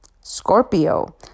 Scorpio